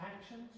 actions